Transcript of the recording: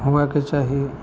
हुएके चाही